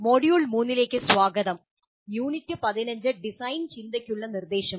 module 3 ലേക്ക് സ്വാഗതം unit 15 design ചിന്തയ്ക്കുള്ള നിർദ്ദേശം